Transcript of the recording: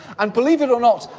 and believe it or not,